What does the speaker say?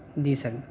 جی سر